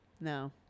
no